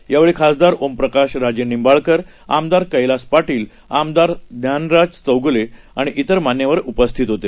यावेळी खासदार ओमप्रकाश राजेनिंबाळकर आमदार कैलास पाटील आमदार ज्ञानराज चौगुले आणि तिर मान्यवर उपस्थित होते